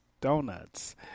donuts